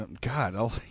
God